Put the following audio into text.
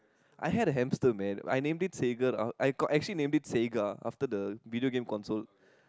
I had a hamster man I named it Sega I got actually name it Sega after the video game console